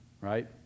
Right